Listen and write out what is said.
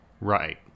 right